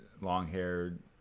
long-haired